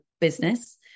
business